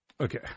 Okay